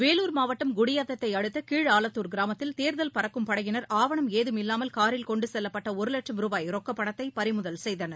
வேலூர் மாவட்டம் குடியாத்ததை அடுத்த கீழ்ஆலத்தூர் கிராமத்தில் தேர்தல் பறக்கும் படையினர் ஆவணம் ஏதுமில்லாமல் காரில் கொண்டு செல்லப்பட்ட ஒரு வட்சும் ரூபாய் ரொக்கப்பணத்தை பறிமுதல் செய்தனர்